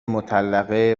مطلقه